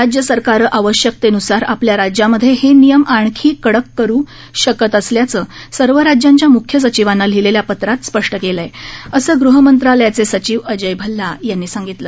राज्यसरकारं आवश्यकतेनुसार आपल्या राज्यामध्ये हे नियम आणखी कडक करू शकत असल्याचं सर्व राज्यांच्या मुख्य सचिवांना लिहिलेल्या पत्रात स्पष्ट केलं आहे असं गृहमंत्रालयाचे सचिव अजय भल्ला यांनी सांगितलं